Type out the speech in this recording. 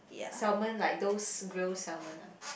salmon like those grill salmon ah